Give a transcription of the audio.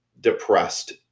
depressed